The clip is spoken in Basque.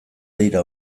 dira